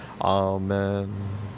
Amen